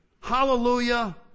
Hallelujah